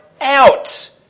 out